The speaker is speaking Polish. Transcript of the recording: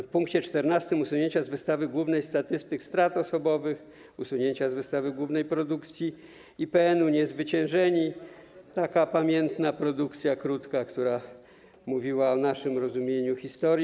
W punkcie czternastym - usunięcia z wystawy głównej statystyk strat osobowych, usunięcia z wystawy głównej produkcji IPN-u „Niezwyciężeni”, to taka pamiętna krótka produkcja, która mówiła o naszym rozumieniu historii.